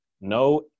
no